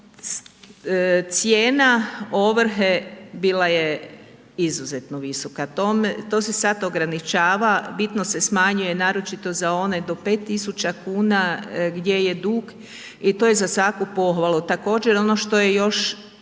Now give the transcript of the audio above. Cijena ovrhe bila je izuzetno visoka, to se sada ograničava, bitno se smanjuje naročito za one do pet tisuća kuna i to je za svaku pohvalu. Također ono što je još